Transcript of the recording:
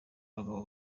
abagabo